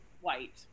white